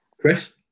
Chris